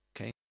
okay